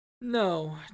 No